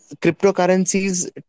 cryptocurrencies